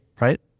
right